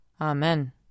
amen